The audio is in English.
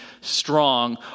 strong